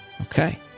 Okay